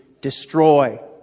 destroy